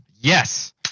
yes